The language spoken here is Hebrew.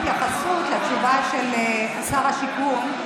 התייחסות לתשובה של שר השיכון,